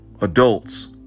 adults